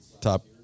top